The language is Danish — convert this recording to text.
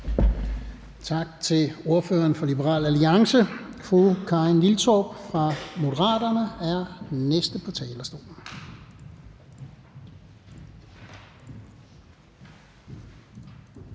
Tak til ordføreren for Liberal Alliance. Fru Karin Liltorp fra Moderaterne er den næste på talerstolen.